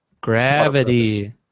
Gravity